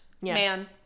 man